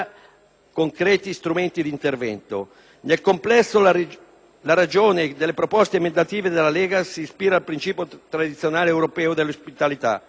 concreti strumenti di intervento. Nel complesso, la ragione delle proposte emendative della Lega si ispira al principio tradizionale europeo dell'ospitalità,